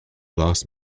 lost